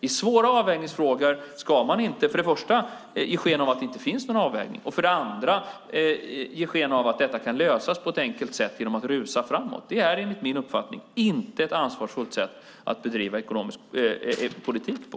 I svåra avvägningsfrågor ska man inte för det första ge sken av att det inte finns någon avvägning och för det andra ge sken av att detta kan lösas på ett enkelt sätt genom att vi rusar framåt. Det är enligt min uppfattning inte ett ansvarsfullt sätt att bedriva politik på.